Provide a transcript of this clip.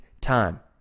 time